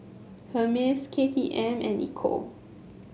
Hermes K T M and Ecco